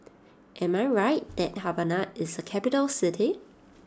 am I right that Havana is a capital city